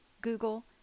Google